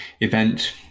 event